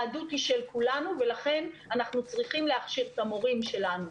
יהדות היא של כולנו ולכן אנחנו צריכים להכשיר את המורים שלנו.